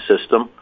system